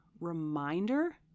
reminder